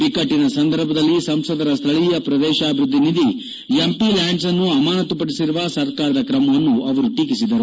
ಬಿಕ್ಟಟ್ವನ ಸಂದರ್ಭದಲ್ಲಿ ಸಂಸದರ ಸ್ಥಳೀಯ ಪ್ರದೇಶಾಭಿವೃದ್ದಿ ನಿಧಿ ಎಂಪಿ ಲ್ಯಾಡ್ಸ್ಅನ್ನು ಅಮಾನತು ಪಡಿಸಿರುವ ಸರ್ಕಾರದ ಕ್ರಮವನ್ನು ಅವರು ಟೀಕಿಸಿದರು